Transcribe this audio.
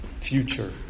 future